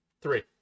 three